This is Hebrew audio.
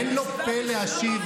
אין לו פה להשיב?